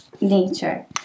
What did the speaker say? Nature